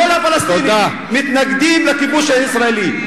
כל הפלסטינים מתנגדים לכיבוש הישראלי,